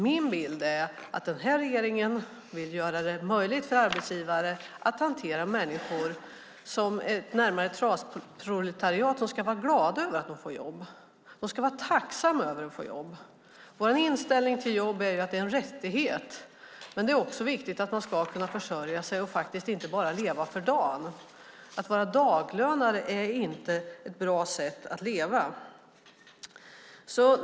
Min bild är att regeringen vill göra det möjligt för arbetsgivare att hantera människor som närmast ett trasproletariat som ska vara glada och tacksamma för att de får jobb. Vår inställning till jobb är att det är en rättighet. Men det är också viktigt att kunna försörja sig och inte bara leva för dagen. Att vara daglönare är inte ett bra sätt att leva.